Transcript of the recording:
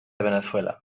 venezuela